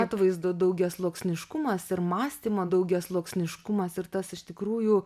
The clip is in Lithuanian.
atvaizdo daugiasluoksniškumas ir mąstymo daugiasluoksniškumas ir tas iš tikrųjų